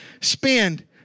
spend